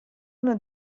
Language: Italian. uno